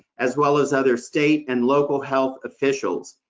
as well as other state and local health officials,